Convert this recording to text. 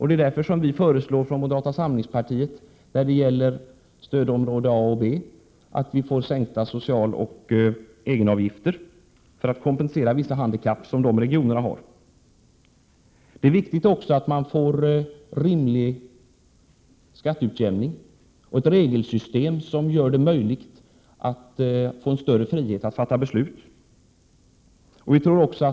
Det är därför vi moderater föreslår sänkta socialoch egenavgifter i stödområdena A och B för att kompensera vissa handikapp i de regionerna. Rimlig skatteutjämning är också viktig liksom ett regelsystem som ger större frihet att fatta beslut.